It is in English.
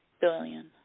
Billion